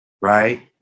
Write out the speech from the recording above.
right